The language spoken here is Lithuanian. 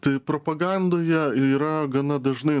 tai propagandoje yra gana dažnai